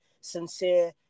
sincere